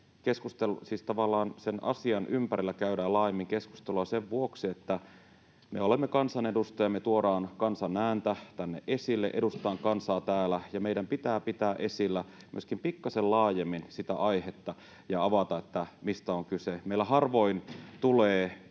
käydään laajemmin keskustelua sen vuoksi, että me olemme kansanedustajia, me tuodaan kansan ääntä tänne esille ja edustetaan kansaa täällä ja meidän pitää pitää esillä myöskin pikkasen laajemmin sitä aihetta ja avata, mistä on kyse. Meillä harvoin tulee